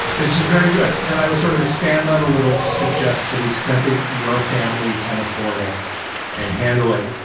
it's just very good. and i would sort of expand that a little to suggest to the extent that your family can afford it and handle it,